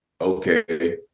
okay